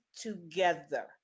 together